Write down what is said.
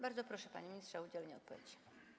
Bardzo proszę, panie ministrze, o udzielenie odpowiedzi.